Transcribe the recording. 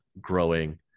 growing